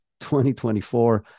2024